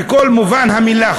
בכל מובן המילה.